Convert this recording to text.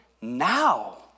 now